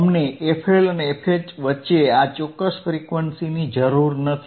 અમને FL અને FH વચ્ચે આ ચોક્કસ ફ્રીક્વન્સીની જરૂર નથી